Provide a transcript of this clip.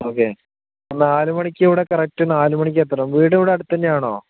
okay നാലു മണിക്കിവിടെ correct നാലുമണിക്ക് എത്തണം വീട് ഇവിടെ അടുത്ത് തന്നെയാണോ